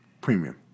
premium